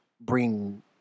bring